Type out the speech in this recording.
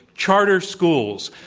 charter schools.